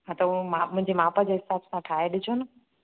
हा त उहो मुंहिंजी माप जे हिसाब सां ठाहे ॾिजो न